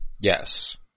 Yes